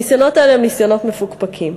הניסיונות האלה הם ניסיונות מפוקפקים.